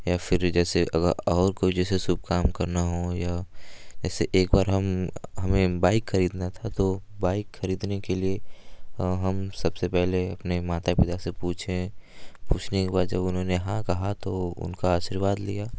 या फिर जैसे अगर और कोई जैसे शुभ काम करना हो या जैसे एकबार हम हमें बाइक खरीदना था तो बाइक खरीदने के लिए हम सबसे पहले अपने माता पिता से पूछें पूछने के बाद जब उन्होंने हाँ कहा तो उनका आशीर्वाद लिया